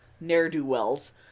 ne'er-do-wells